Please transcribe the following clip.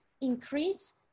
increase